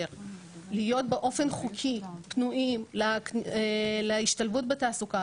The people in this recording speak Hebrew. להיות באופן חוקי פנויים להשתלבות בתעסוקה,